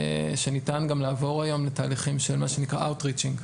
ניתן גם לעבור היום לתהליכים של מה שנקרא "Outreaching"